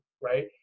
right